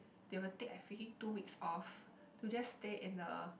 they will take a freaking two weeks off to just stay in a